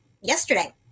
yesterday